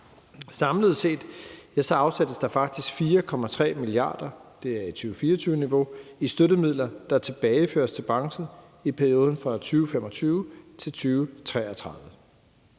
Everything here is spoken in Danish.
Samlet set afsættes der faktisk 4,3 mia. kr., det er på 2024-niveau, i støttemidler, der tilbageføres til branchen i perioden 2025-2033.